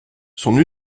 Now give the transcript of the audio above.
son